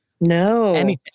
No